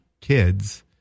kids